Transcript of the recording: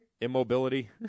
Immobility